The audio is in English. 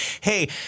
Hey